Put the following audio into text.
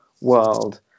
world